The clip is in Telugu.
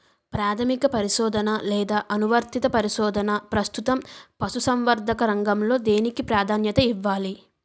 ప్రాథమిక పరిశోధన లేదా అనువర్తిత పరిశోధన? ప్రస్తుతం పశుసంవర్ధక రంగంలో దేనికి ప్రాధాన్యత ఇవ్వాలి?